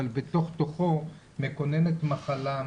אבל בתוך תוכו מקננת מחלה,